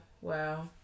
Wow